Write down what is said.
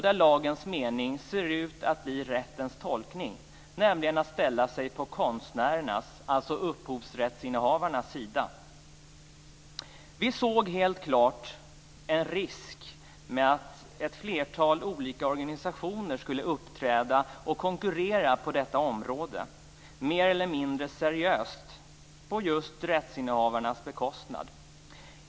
Rättens tolkning ser ut att bli i enlighet med lagens mening, innebärande att man ställer sig på konstnärernas, alltså upphovsrättsinnehavarnas sida. Vi såg helt klart en risk för att ett flertal olika organisationer skulle uppträda och konkurrera på detta område mer eller mindre seriöst, på rättsinnehavarnas bekostnad.